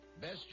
Best